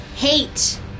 hate